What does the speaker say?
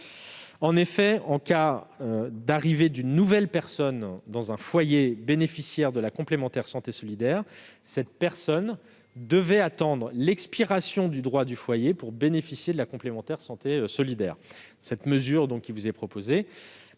En effet, en cas d'arrivée d'une nouvelle personne dans un foyer bénéficiaire de la complémentaire santé solidaire, cette personne devait attendre l'expiration du droit du foyer pour bénéficier de la C2S. Cette mesure permettra de